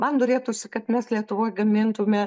man norėtųsi kad mes lietuvoj gamintume